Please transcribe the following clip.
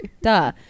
duh